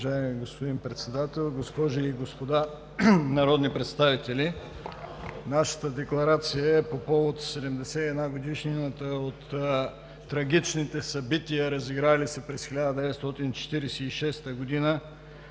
Уважаеми господин Председател, госпожи и господа народни представители! Нашата декларация е по повод 71-годишнината от трагичните събития, разиграли се през 1946 г.,